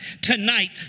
tonight